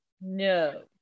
No